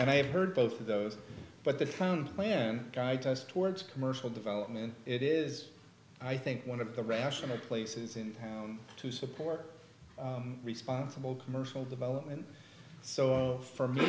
and i have heard both of those but the town plan guides us towards commercial development it is i think one of the rational places in town to support responsible commercial development so for me